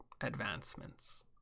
advancements